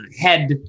head